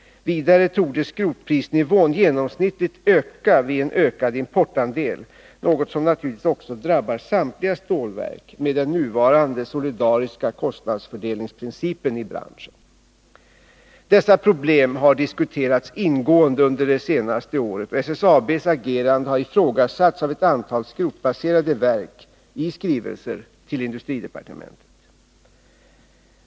Vidare torde skrotprisnivån genomsnittligt öka vid en ökad importandel, något som naturligtvis drabbar samtliga stålverk med de nuvarande ”solidariska” kostnadsfördelningsprinciperna i branschen. Dessa problem har diskuterats ingående under det senaste året, och SSAB:s agerande har ifrågasatts av ett antal skrotbaserade verk i skrivelser till industridepartementet.